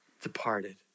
departed